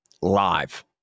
live